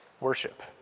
worship